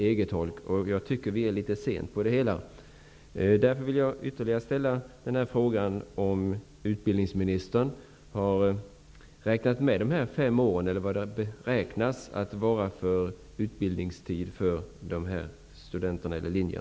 Jag tycker att vi är litet sena i detta sammanhang. Jag vill därför också ställa frågan om utbildningsministern har räknat med en utbildningstid om fem år, eller vilken utbildningstid han annars har utgått från för dessa studenter eller linjer.